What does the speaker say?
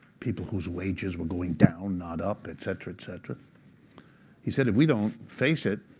people whose wages were going down, not up et cetera, et cetera he said, if we don't face it,